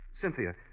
Cynthia